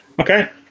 Okay